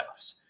playoffs